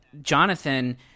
Jonathan